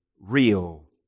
real